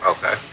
Okay